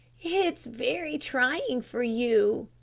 it's very trying for you.